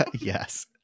Yes